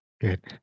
good